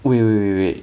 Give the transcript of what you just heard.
wait wait wait wait